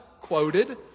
quoted